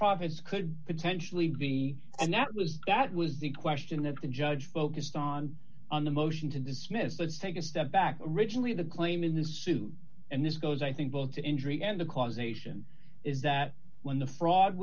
profits could potentially be and that was that was the question that the judge focused on on the motion to dismiss let's take a step back originally the claim in this suit and this goes i think both to injury and the causation is that when the fr